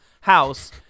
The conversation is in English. house